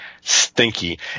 stinky